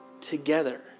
together